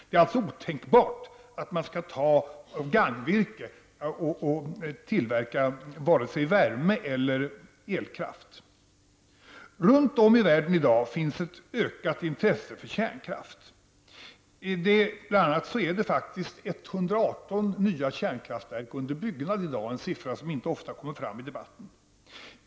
Det är således otänkbart att använda gagnvirke för att producera värme eller elkraft. Runt om i världen finns i dag ett ökat intresse för kärnkraft. 118 nya kärnkraftverk är under byggnad i dag. Det är en siffra som inte kommer fram så ofta i debatten.